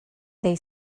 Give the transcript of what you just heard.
they